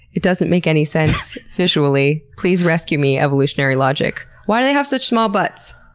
it doesn't make any sense visually. please rescue me, evolutionary logic! why do they have such small butts?